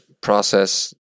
process